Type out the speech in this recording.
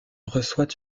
reçoit